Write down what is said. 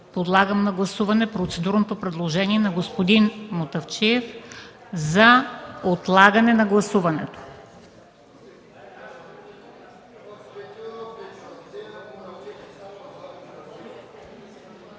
Подлагам на гласуване процедурното предложение на господин Мутафчиев за отлагане на гласуването.